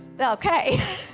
Okay